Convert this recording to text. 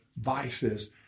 vices